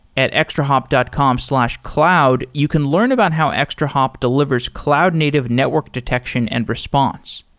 at extrahop dot com slash cloud, you can learn about how extrahop delivers cloud-native network detection and response.